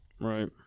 right